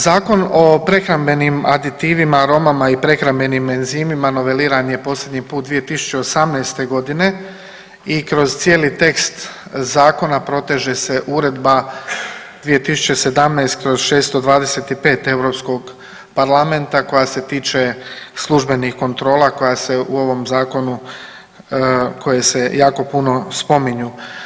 Zakon o prehrambenim aditivima, aromama i prehrambenim enzimima noveliran je posljednji put 2018. g. i kroz cijeli tekst Zakona proteže se Uredba 2017/625 EU Parlamenta koja se tiče službenih kontrola koja se u ovom Zakonu, koje se jako puno spominju.